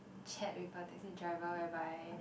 chat with a taxi driver whereby